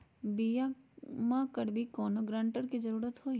बिमा करबी कैउनो गारंटर की जरूरत होई?